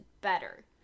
better